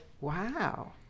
wow